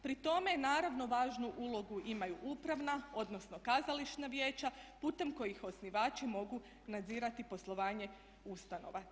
Pri tome naravno važnu ulogu imaju upravna, odnosno kazališna vijeća putem kojih osnivači mogu nadzirati poslovanje ustanova.